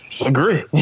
agree